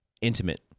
intimate